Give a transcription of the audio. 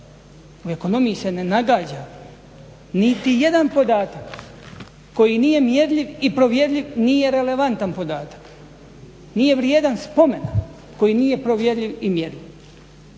U ekonomiji se ne nagađa. Niti jedan podatak koji nije mjerljiv i provjerljiv nije relevantan podatak, nije vrijedan spomena koji nije provjerljiv i mjerljiv.